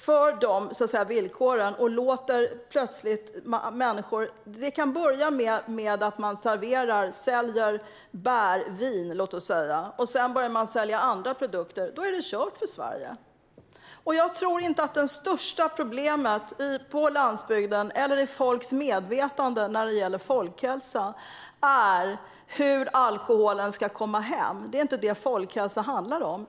Men det var mycket villkorat, och lättar vi det och börjar sälja bärvin och sedan andra produkter är det kört för Sverige. Jag tror inte att det största problemet på landsbygden eller i folks medvetande när det gäller folkhälsan är hur alkoholen ska komma hem. Det är inte det folkhälsa handlar om.